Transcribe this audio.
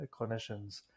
clinicians